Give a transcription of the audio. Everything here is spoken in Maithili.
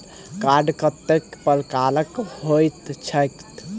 कार्ड कतेक प्रकारक होइत छैक?